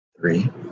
three